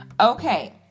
Okay